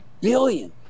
billion